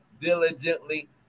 diligently